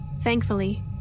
Thankfully